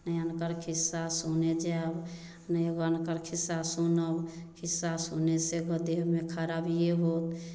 नहि अनकर खिस्सा सुने जायब नहि अनकर खिस्सा सुनब खिस्सा सुनय सऽ देहमे खराबिए होत